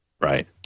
right